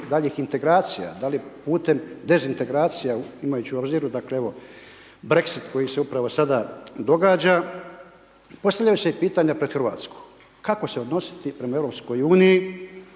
daljih integracija, da li putem dezintegracija imajući u obziru Brexit koji se upravo sada događa, postavljaju se i pitanja pred Hrvatsku. Kako se odnositi prema EU, da li